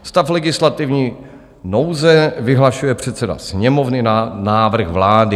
Stav legislativní nouze vyhlašuje předseda Sněmovny na návrh vlády.